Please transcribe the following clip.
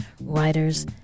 writers